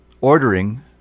ordering